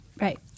Right